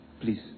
Please